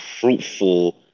fruitful